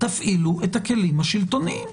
- תפעילו את הכלים השלטוניים.